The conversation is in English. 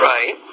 Right